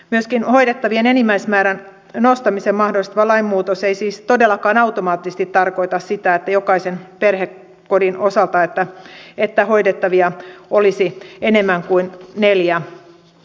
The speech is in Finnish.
myöskään hoidettavien enimmäismäärän nostamisen mahdollistava lainmuutos ei siis todellakaan automaattisesti tarkoita jokaisen perhekodin osalta sitä että hoidettavia olisi enemmän kuin neljä